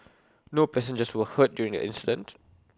no passengers were hurt during the incident